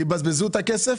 הם יבזבזו את הכסף,